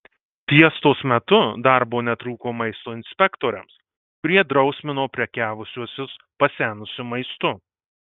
fiestos metu darbo netrūko maisto inspektoriams kurie drausmino prekiavusiuosius pasenusiu maistu